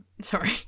sorry